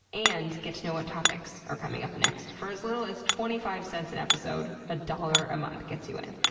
and you get to know what topics are coming up next, for as little as twenty five cents an episode. a dollar a month gets you in.